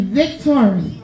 victory